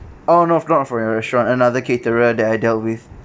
oh no not from your restaurant another caterer that I dealt with